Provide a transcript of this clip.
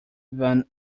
van